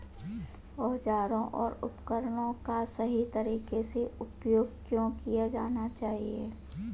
औजारों और उपकरणों का सही तरीके से उपयोग क्यों किया जाना चाहिए?